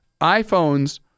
iPhones